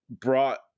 brought